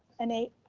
an eight,